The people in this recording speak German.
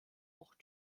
auch